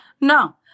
No